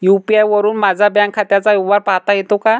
UPI वरुन माझ्या bank खात्याचा व्यवहार पाहता येतो का?